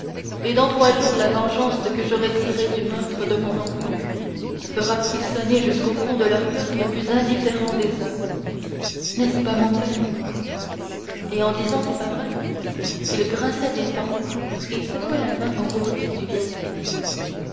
et dans trois jours la vengeance que j'aurai tirée du meurtre de mon enfant fera frissonner jusqu'au fond de leur coeur les plus indifférents des hommes n'est-ce pas mon père et en disant ces paroles il grinçait des dents et secouait la main engourdie du vieillard